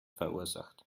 verursacht